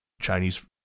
Chinese